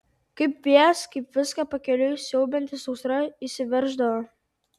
kaip vėjas kaip viską pakeliui siaubianti sausra įsiverždavo